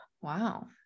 Wow